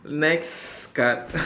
next card